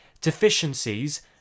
deficiencies